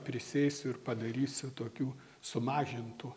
prisėsiu ir padarysiu tokių sumažintų